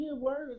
words